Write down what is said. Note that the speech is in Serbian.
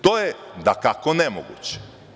To je dakako nemoguće.